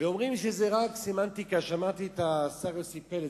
אומרים שזו רק סמנטיקה, שמעתי את השר יוסי פלד.